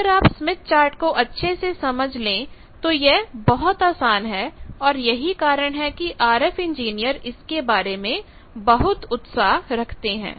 अगर आप Smith chart को अच्छे से समझ ले तो यह बहुत आसान है और यही कारण है कि आरएफ इंजीनियर इसके बारे में बहुत उत्साह रखते हैं